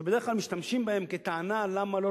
שבדרך כלל משתמשים בהם כטענה למה לא